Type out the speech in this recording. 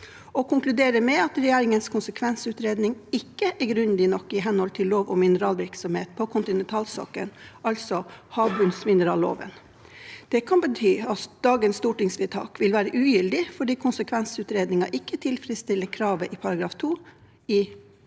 hun konkluderer med at regjeringens konsekvensutredning ikke er grundig nok i henhold til lov om mineralvirksomhet på kontinentalsokkelen, altså havbunnsmineralloven. Det kan bety at dagens stortingsvedtak vil være ugyldig fordi konsekvensutredningen ikke tilfredsstiller kravet i § 2 i